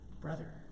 brother